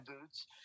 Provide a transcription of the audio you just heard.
boots